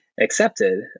accepted